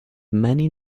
many